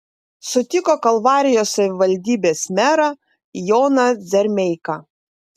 sutiko kalvarijos savivaldybės merą joną dzermeiką